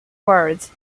words